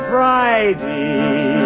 Friday